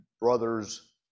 brother's